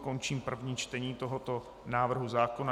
Končím první čtení tohoto návrhu zákona.